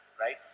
right